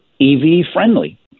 EV-friendly